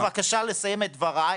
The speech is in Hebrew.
תן לי בבקשה לסיים את דבריי.